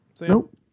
Nope